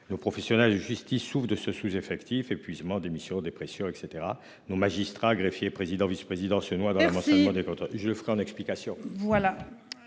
nos professionnels justice souffrent de ce sous-effectif épuisement des missions dépression et cetera. Nos magistrats, greffiers, président vice-président se noie dans le renforcement des contrôles, je le ferai en explications.